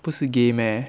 不是 gay meh